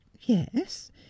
yes